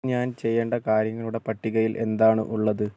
ഞാൻ ചെയ്യേണ്ട കാര്യങ്ങളുടെ പട്ടികയിൽ എന്താണ് ഉള്ളത്